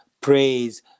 praise